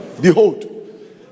Behold